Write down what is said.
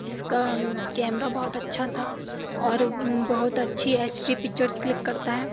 اس کا کیمرہ بہت اچھا تھا اور بہت اچھی ایچ ڈی پکچرس کلک کرتا ہے